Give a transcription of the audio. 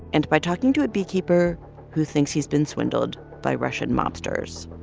and by talking to a beekeeper who thinks he's been swindled by russian mobsters.